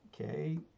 Okay